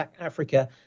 Africa